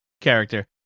character